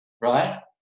right